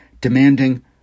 demanding